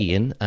Ian